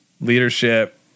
leadership